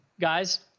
guys